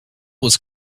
was